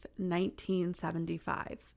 1975